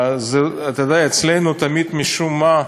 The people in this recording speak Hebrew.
אתה יודע, אצלנו תמיד, משום מה,